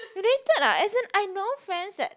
related ah as in I know friends that